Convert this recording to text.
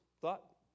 thought